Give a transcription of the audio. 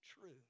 true